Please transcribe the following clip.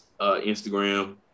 Instagram